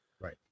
Right